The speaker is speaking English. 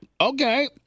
Okay